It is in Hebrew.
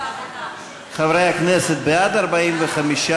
בעד מאיר פרוש,